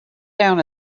down